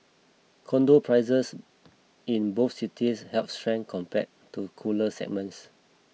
condo prices in both cities held strength compared to cooler segments